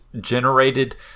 generated